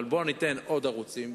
אבל בואו ניתן עוד ערוצים,